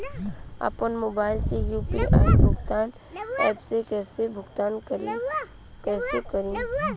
आपन मोबाइल से यू.पी.आई भुगतान ऐपसे पईसा भुगतान कइसे करि?